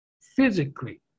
physically